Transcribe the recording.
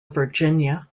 virginia